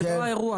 זה לא האירוע.